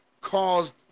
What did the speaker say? caused